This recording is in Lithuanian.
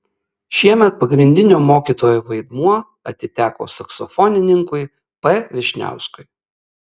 šiemet pagrindinio mokytojo vaidmuo atiteko saksofonininkui p vyšniauskui